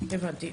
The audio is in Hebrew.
הבנתי.